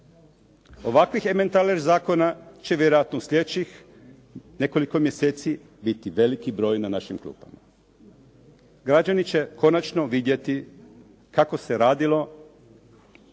Ovakvih ementaler zakona će vjerojatno slijedećih nekoliko mjeseci biti veliki broj na našim klupama. Građani će konačno vidjeti kako se radilo